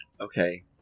Okay